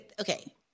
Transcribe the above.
okay